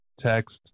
text